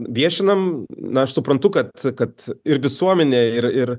viešinam na aš suprantu kad kad ir visuomenė ir ir